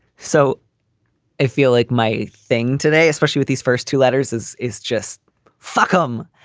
so i feel like my thing today, especially with these first two letters, is is just fuck'em.